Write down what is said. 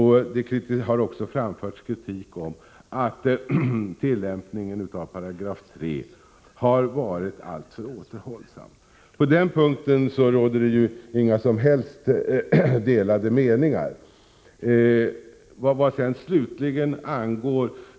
Det har vidare framförts kritik om att tillämpningen av 3 § har varit alltför återhållsam.